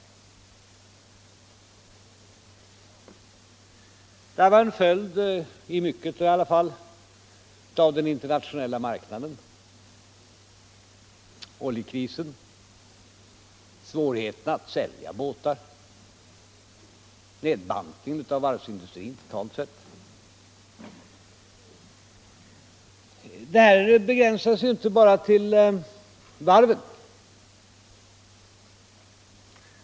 Dessa besvärligheter var en följd — i mycket i alla fall — av den internationella marknaden, oljekrisen, svårigheterna att sälja båtar och nedbantningen av varvsindustrin totalt sett. De begränsar sig inte heller bara till varven.